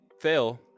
fail